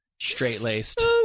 straight-laced